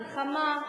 מלחמה,